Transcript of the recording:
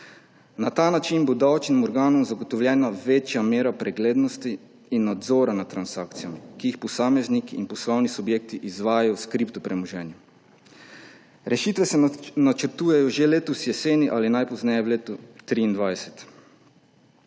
Na ta način bo davčnim organom zagotovljena večja mera preglednosti in nadzora nad transakcijami, ki jih posamezniki in poslovni subjekti izvajajo s kripto premoženjem. Rešitve se načrtujejo že letos jeseni ali najpozneje v letu 2023.